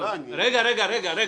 יש גבול.